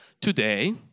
Today